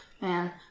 Man